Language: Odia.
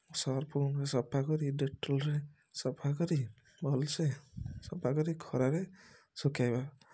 ସର୍ଫରେ ସଫା କରି ଡେଟଲ୍ରେ ସଫା କରି ଭଲ୍ସେ ସଫା କରି ଖରାରେ ଶୁଖାଇବା